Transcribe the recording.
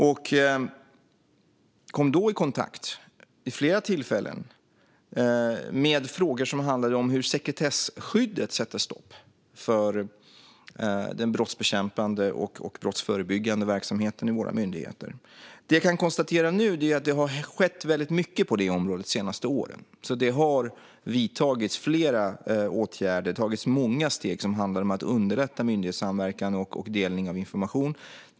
Jag kom då vid flera tillfällen i kontakt med frågor som handlade om hur sekretesskyddet sätter stopp för den brottsbekämpande och brottsförebyggande verksamheten i våra myndigheter. Det jag kan konstatera nu är att det har skett väldigt mycket på det området de senaste åren. Det har vidtagits flera åtgärder och tagits många steg. Det handlar om att underlätta myndighetssamverkan och delning av information.